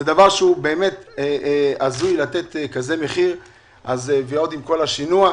זה הזוי לתת מחיר כזה ועוד עם כל השינוע.